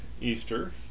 Easter